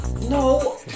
No